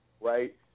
right